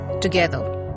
together